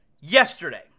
yesterday